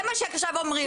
זה מה שעכשיו אומרים.